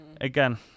again